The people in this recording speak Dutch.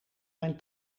mijn